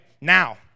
Now